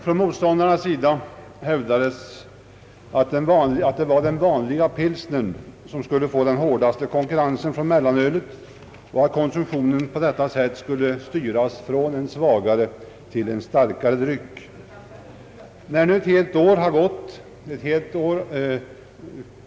Från motståndarnas sida hävdades att det var den vanliga pilsnern som skulle röna hårdaste konkurrensen av mellanölet och att konsumtio nen på detta sätt skulle styras från en svagare till en starkare dryck.